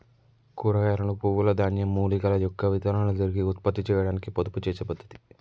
కూరగాయలను, పువ్వుల, ధాన్యం, మూలికల యొక్క విత్తనాలను తిరిగి ఉత్పత్తి చేయాడానికి పొదుపు చేసే పద్ధతి